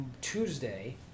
Tuesday